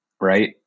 right